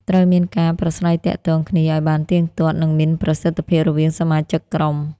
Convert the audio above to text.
ត្រូវមានការ ប្រាស្រ័យទាក់ទងគ្នា ឲ្យបានទៀងទាត់ និងមានប្រសិទ្ធភាពរវាងសមាជិកក្រុម។